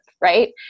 right